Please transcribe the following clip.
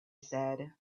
said